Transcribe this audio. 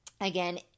Again